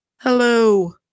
Hello